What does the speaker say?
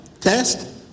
test